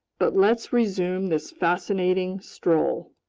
but let's resume this fascinating stroll.